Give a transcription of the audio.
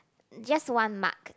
just one mark